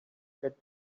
get